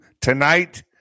tonight